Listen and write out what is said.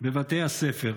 בבתי הספר.